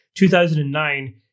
2009